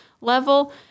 level